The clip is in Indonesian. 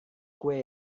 kue